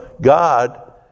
God